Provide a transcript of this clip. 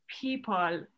people